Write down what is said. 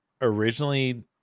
originally